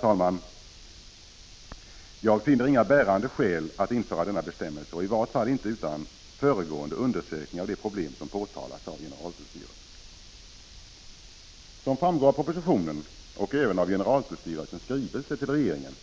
Jag finner, herr talman, inga bärande skäl för att man skall införa denna bestämmelse och i vart fall inte utan föregående undersökning av de problem som har påtalats av generaltullstyrelsen. Som framgår av propositionen och även av generaltullstyrelsens skrivelse till regeringen